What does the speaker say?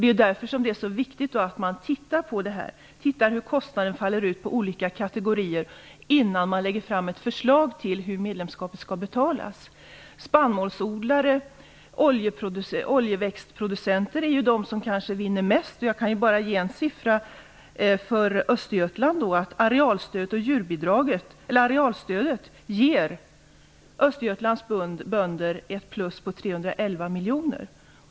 Det är därför som det är så viktigt att studera detta och se hur kostnaderna faller ut på olika kategorier, innan man lägger fram ett förslag till hur medlemskapet skall betalas. Spannmålsodlare och oljeväxtproducenter är de som kanske vinner mest. Jag kan ge en siffra för Östergötland. Arealstödet ger Östergötlands bönder ett plus på 311 miljoner.